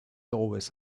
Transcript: always